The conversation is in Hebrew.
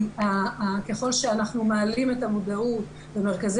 כי ככל שאנחנו מעלים את המודעות ומרכזי